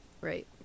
right